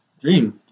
Dream